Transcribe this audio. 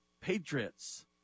patriots